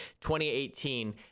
2018